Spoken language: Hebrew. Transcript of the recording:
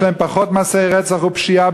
יש אצלם פחות מעשי רצח ופשיעה,